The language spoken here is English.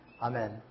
Amen